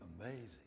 amazing